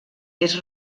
més